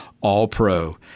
All-Pro